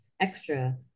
extra